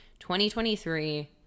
2023